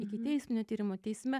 ikiteisminio tyrimo teisme